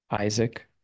Isaac